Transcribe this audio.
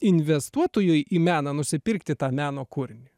investuotojui į meną nusipirkti tą meno kūrinį